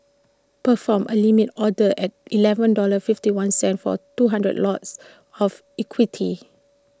perform A limit order at Eleven dollar fifty one cent for two hundred lots of equity